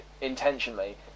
intentionally